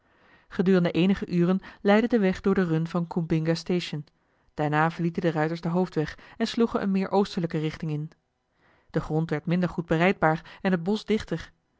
gedurende eenige uren leidde de weg door de run van coobingastation daarna verlieten de ruiters den hoofdweg en sloegen eene meer oostelijke richting in de grond werd minder goed berijdbaar en het bosch dichter